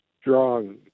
strong